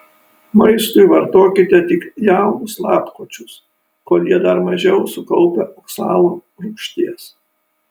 maistui vartokime tik jaunus lapkočius kol jie dar mažiau sukaupę oksalo rūgšties